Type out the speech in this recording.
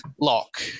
Lock